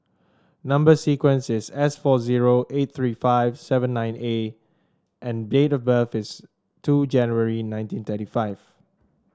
number sequence is S four zero eight three five seven nine A and date of birth is two January nineteen thirty five